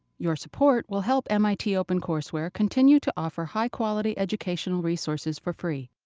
your support will help mit opencourseware continue to offer high quality educational resources for free.